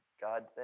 God